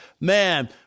man